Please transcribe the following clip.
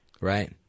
Right